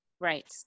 right